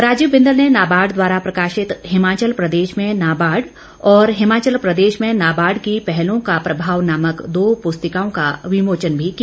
राजीव बिंदल ने नाबार्ड द्वारा प्रकाशित हिमाचल प्रदेश में नाबार्ड और हिमाचल प्रदेश में नाबार्ड की पहलों का प्रभाव नामक दो पुस्तिकाओं का विमोचन भी किया